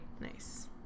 Nice